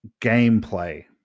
gameplay